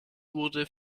wurde